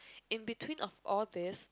in between of all these